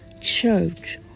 church